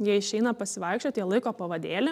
jie išeina pasivaikščiot jie laiko pavadėlį